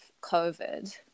COVID